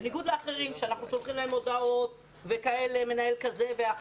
בניגוד לאחרים שאנחנו שולחים להם הודעות ואין תשובות.